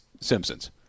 Simpsons